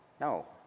No